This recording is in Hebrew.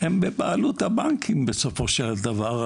הם בבעלות הבנקים, בסופו של דבר.